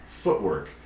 Footwork